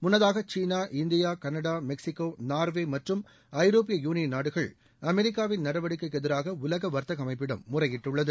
முன்னதாக சீனா India Canada Mexico Norway மற்றும் ஐரோப்பிய யூனியன் நாடுகள் அமெரிக்காவின் நடவடிக்கைக்கு எதிராக உலக வர்த்தக அமைப்பிடம் முறையிட்டுள்ளது